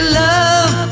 love